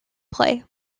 play